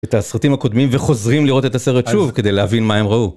את הסרטים הקודמים וחוזרים לראות את הסרט שוב כדי להבין מה הם ראו.